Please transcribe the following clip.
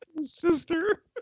sister